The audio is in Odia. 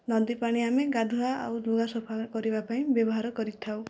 ନଦୀ ପାଣି ଆମେ ଗାଧୁଆ ଆଉ ଲୁଗା ସଫା କରିବା ପାଇଁ ବ୍ୟବହାର କରିଥାଉ